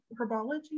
herbology